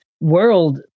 world